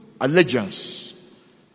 allegiance